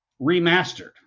remastered